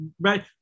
right